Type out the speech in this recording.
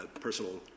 personal